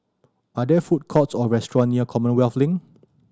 are there food courts or restaurant near Commonwealth Link